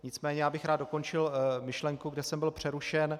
Nicméně já bych rád dokončil myšlenku, kde jsem byl přerušen.